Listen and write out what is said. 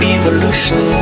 evolution